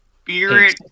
spirit